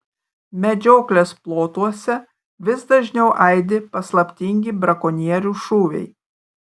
medžioklės plotuose vis dažniau aidi paslaptingi brakonierių šūviai